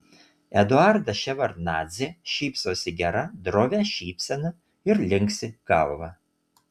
eduardas ševardnadzė šypsosi gera drovia šypsena ir linksi galva